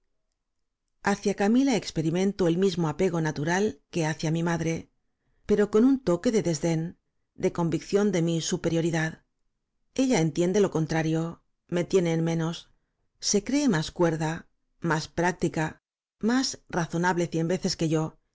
p e rimento el mismo apego natural que hacia mi madre pero con un toque de desdén de convicción de mi superioridad ella entiende lo contrario me tiene en menos se cree más cuerda más práctica más razonable cien v e ces que yo